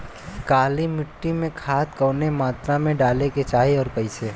काली मिट्टी में खाद कवने मात्रा में डाले के चाही अउर कइसे?